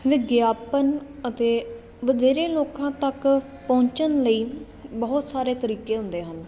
ਵਿਗਿਆਪਨ ਅਤੇ ਵਧੇਰੇ ਲੋਕਾਂ ਤੱਕ ਪਹੁੰਚਣ ਲਈ ਬਹੁਤ ਸਾਰੇ ਤਰੀਕੇ ਹੁੰਦੇ ਹਨ